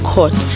Court